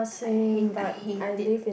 I hate I hate it